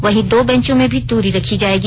वहीं दो बैंचों में भी दूरी रखी जायेगी